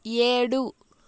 ఏడు